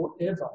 forever